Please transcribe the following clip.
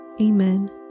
Amen